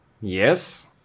yes